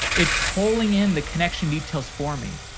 it's pulling in the connection details for me.